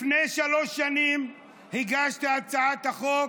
לפני שלוש שנים הגשתי את הצעת החוק